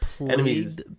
Enemies